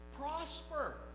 prosper